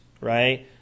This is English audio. right